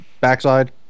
backside